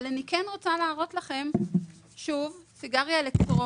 קחו בחשבון שהמחירים כרגע הם בין 100 ל-120.